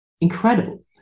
Incredible